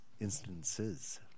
instances